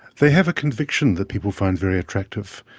they have a conviction that people find very attractive.